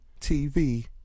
TV